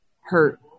hurt